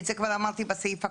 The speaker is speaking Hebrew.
את זה כבר אמרתי בסעיף הקודם.